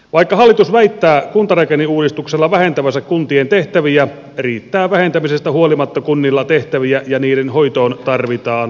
vaikka hallitus väittää kuntarakenneuudistuksella vähentävänsä kuntien tehtäviä riittää vähentämisestä huolimatta kunnilla tehtäviä ja niiden hoitoon tarvitaan selvää rahaa